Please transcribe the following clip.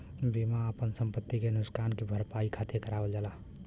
बीमा आपन संपति के नुकसान की भरपाई खातिर करावल जाला